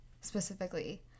specifically